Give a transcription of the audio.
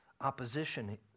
opposition